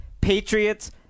Patriots